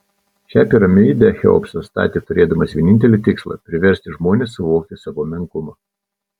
šią piramidę cheopsas statė turėdamas vienintelį tikslą priversti žmones suvokti savo menkumą